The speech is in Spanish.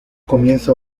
comienza